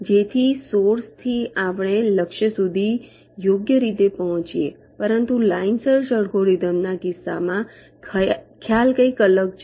જેથી સોર્સ થી આપણે લક્ષ્ય સુધી યોગ્ય રીતે પહોંચીએ પરંતુ લાઇન સર્ચ અલ્ગોરિધમના કિસ્સામાં ખ્યાલ કંઈક અલગ છે